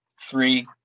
three